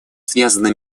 связаны